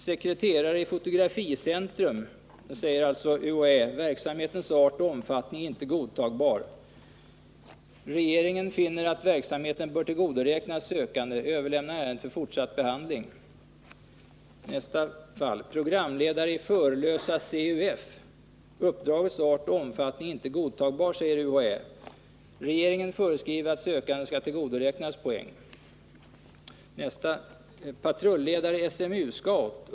Sekreterare i Fotograficentrum. Verksamhetens art och omfattning är inte godtagbara, säger UHÄ. Regeringen finner att verksamheten bör tillgodoräknas sökanden och överlämnar ärendet för fortsatt behandling. Programledare i Förlösa CUF. Uppdragets art och omfattning är inte godtagbara, säger UHÄ. Regeringen föreskriver att sökanden skall tillgodoräknas poäng. Patrulledare SMU-scout.